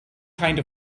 kind